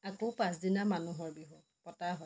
আকৌ পাছদিনা মানুহৰ বিহু পতা হয়